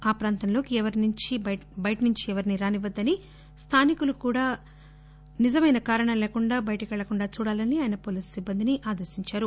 ఆ ప్రాంతంలోకి ఎవరినీ బయట నుంచి రానివ్వద్దని స్థానికులు కూడా నిజమైన కారణం లేకుండా బయటికి పెళ్లకుండా చూడాలని ఆయన పోలీసు సిబ్బందిని ఆదేశించారు